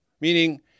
Meaning